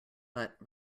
but